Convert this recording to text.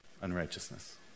unrighteousness